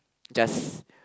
just